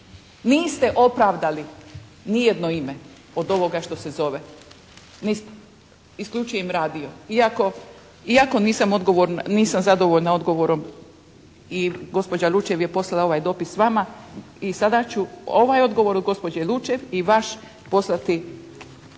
Niste opravdali ni jedno ime od ovoga što se zove. Niste. Isključujem radio iako, iako nisam zadovoljna odgovorom. I gospođa Lučev je poslala ovaj dopis vama i sada ću ovaj odgovor od gospođe Lučev i vaš poslati